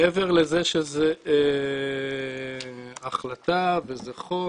מעבר לזה שזו החלטה וזה חוק,